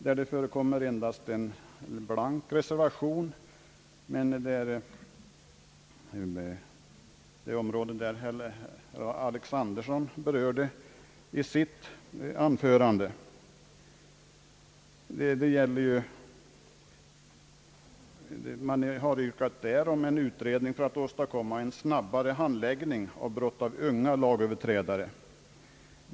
Där föreligger endast en blank reservation, men herr Alexanderson har berört det i sitt anförande. Motionärerna yrkar här en utredning för att åstadkomma snabbare handläggning av brott av unga lagöverträdare.